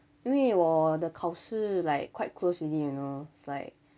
因为我的考试 like quite close already you know it's like